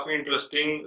interesting